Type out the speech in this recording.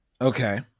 Okay